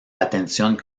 atención